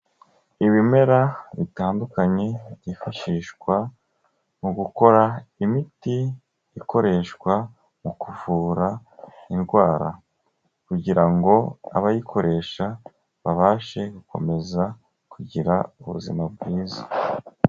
Ibimera bitandukanye byifashishwa mu gukora imiti ikoreshwa mu kuvura indwara, kugira ngo abayikoresha babashe gukomeza kugira ubuzima bwiza.